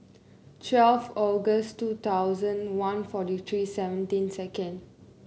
twelve August two thousand one forty three seventeen second